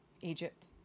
Egypt